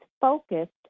focused